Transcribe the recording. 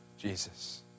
Jesus